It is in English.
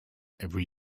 every